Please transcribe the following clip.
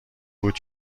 بود